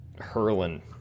hurling